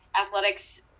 athletics